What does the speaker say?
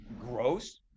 gross